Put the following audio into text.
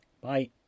Bye